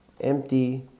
Empty